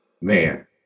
man